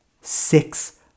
six